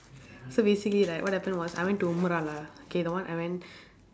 so basically like what happened was I went to murala K the one I went